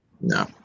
No